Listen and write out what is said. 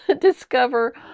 discover